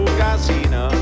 casino